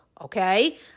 Okay